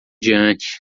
diante